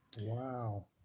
Wow